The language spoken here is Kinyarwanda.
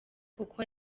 kuko